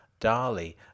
Dali